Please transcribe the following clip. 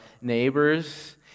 neighbors